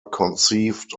conceived